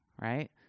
right